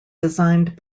designed